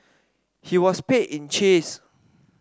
he was paid in cheese